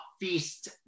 Feast